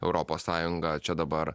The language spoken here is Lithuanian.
europos sąjunga čia dabar